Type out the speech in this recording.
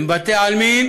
הם בתי-עלמין